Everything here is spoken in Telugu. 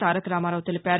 తారకరామారావు తెలిపారు